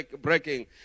breaking